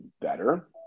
better